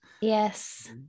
Yes